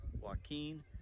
Joaquin